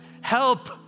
help